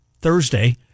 Thursday